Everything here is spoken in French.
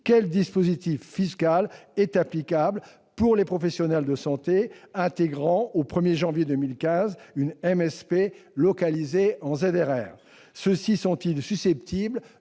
le dispositif fiscal applicable pour les professionnels de santé intégrant, au 1 janvier 2015, une MSP localisée en ZRR ? Ceux-ci sont-ils susceptibles